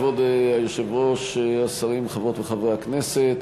כבוד היושב-ראש, השרים, חברות וחברי הכנסת,